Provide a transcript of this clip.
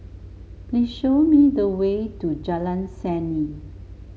please show me the way to Jalan Seni